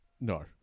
No